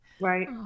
right